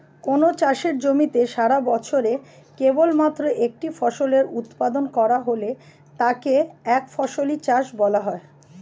কোনও চাষের জমিতে সারাবছরে কেবলমাত্র একটি ফসলের উৎপাদন করা হলে তাকে একফসলি চাষ বলা হয়